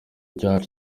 cyacu